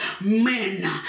men